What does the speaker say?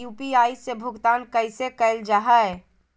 UPI से भुगतान कैसे कैल जहै?